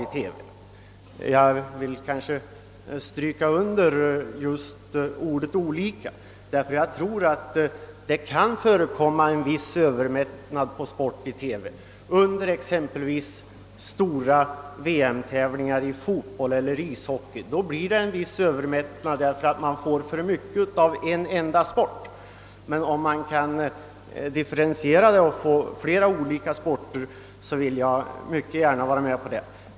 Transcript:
Och jag vill stryka under ordet »olika», ty jag tror att det kan förekomma en viss övermättnad på sport i TV under exempelvis VM-tävlingar i fotboll eller ishockey, då en enda sport får uppta en mycket stor del av sändningstiden. Däremot tycker jag det är värdefullt om en differentiering kan ske och sändningar göras från tävlingar i olika sportgrenar.